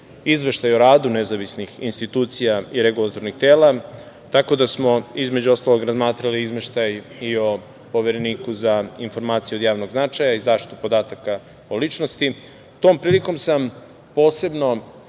izveštaj o radu nezavisnih institucija i regulatornih tela, tako da smo između ostalog razmatrali izveštaj i o Povereniku za informacije od javnog značaja i zaštitu podataka o ličnosti. Tom prilikom sam posebno